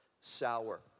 sour